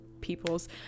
people's